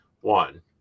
One